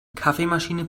kaffeemaschine